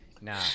Nah